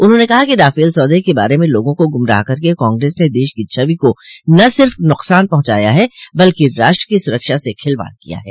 उन्होंने कहा कि राफल सौदे के बारे में लोगों को गुमराह करके कांग्रेस ने देश की छवि को न सिर्फ न्कसान पहुंचाया है बल्कि राष्ट्र की सुरक्षा से खिलवाड़ किया है